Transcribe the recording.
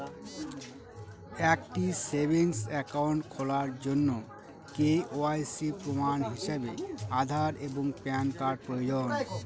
একটি savings account খোলার জন্য কে.ওয়াই.সি প্রমাণ হিসাবে আধার এবং প্যান কার্ড প্রয়োজন